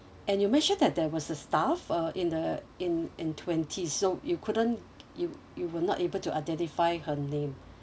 and you mentioned that there was a staff uh in the in in twenties so you couldn't you you were not able to identify her name